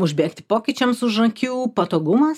užbėgti pokyčiams už akių patogumas